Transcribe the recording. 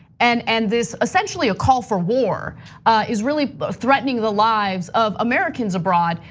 and and this essentially a call for war is really threatening the lives of americans abroad.